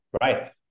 right